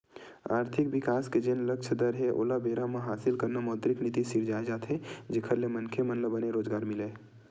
आरथिक बिकास के जेन लक्छ दर हे ओला बेरा म हासिल करना मौद्रिक नीति सिरजाये जाथे जेखर ले मनखे मन ल बने रोजगार मिलय